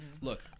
look